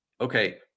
Okay